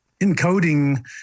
encoding